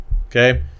Okay